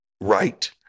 right